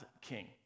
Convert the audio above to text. king